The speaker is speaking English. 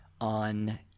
on